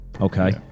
Okay